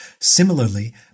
Similarly